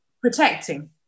Protecting